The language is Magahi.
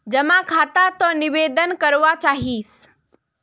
जमा खाता त निवेदन करवा चाहीस?